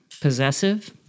possessive